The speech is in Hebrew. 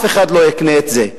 אף אחד לא יקנה את זה.